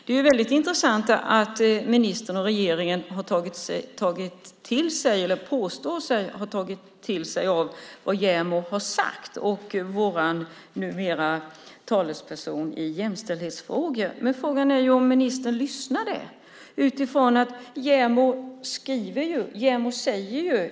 Det är väldigt intressant att ministern och regeringen har tagit till sig - eller påstår att de har tagit till sig - vad JämO, numera vår talesperson i jämställdhetsfrågor, har sagt. Men frågan är om ministern lyssnade.